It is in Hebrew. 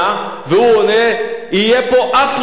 והוא עונה: יהיה פה אפריקה.